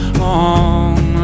long